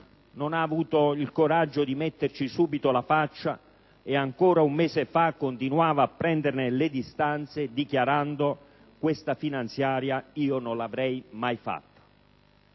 non abbia avuto il coraggio di metterci subito la faccia, dato che ancora un mese fa continuava a prenderne le distanze, dichiarando: «Questa finanziaria io non l'avrei mai fatta»?